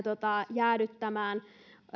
jäädyttämään